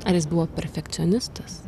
ar jis buvo perfekcionistas